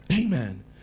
Amen